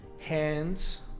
hands